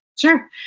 Sure